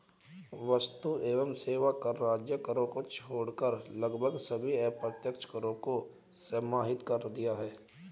वस्तु एवं सेवा कर राज्य करों को छोड़कर लगभग सभी अप्रत्यक्ष करों को समाहित कर दिया है